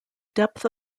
depth